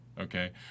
okay